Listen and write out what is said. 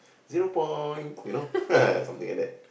zero point you know something like that